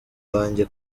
wanjye